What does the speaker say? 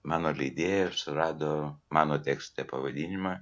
mano leidėja surado mano tekste pavadinimą